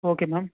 okay ma'am